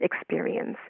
experience